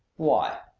why?